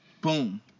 boom